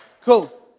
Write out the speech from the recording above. Cool